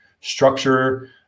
structure